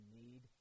need